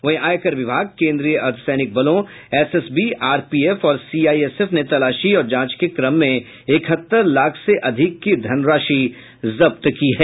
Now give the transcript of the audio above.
वही आयकर विभाग केंद्रीय अर्धसैनिक बलों एसएसबी आरपीएफ और सीआईएसएफ ने तलाशी और जांच के क्रम में इकहत्तर लाख से अधिक की धनराशि जब्त की है